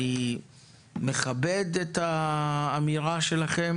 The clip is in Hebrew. אני מכבד את האמירה שלכם.